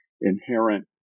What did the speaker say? inherent